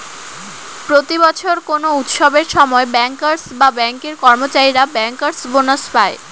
প্রতি বছর কোনো উৎসবের সময় ব্যাঙ্কার্স বা ব্যাঙ্কের কর্মচারীরা ব্যাঙ্কার্স বোনাস পায়